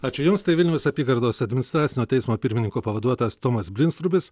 ačiū jums tai vilniaus apygardos administracinio teismo pirmininko pavaduotojas tomas blinstrubis